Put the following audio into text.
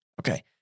Okay